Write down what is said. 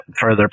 further